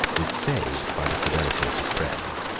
was saved by the fidelity of his friends,